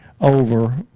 over